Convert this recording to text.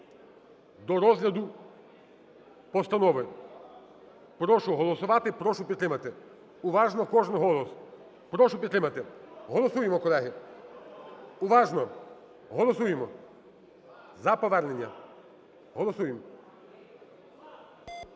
до розгляду постанови. Прошу голосувати, прошу підтримати. Уважно, кожен голос! Прошу підтримати, голосуємо колеги, уважно, голосуємо, за повернення, голосуємо.